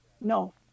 no